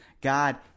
God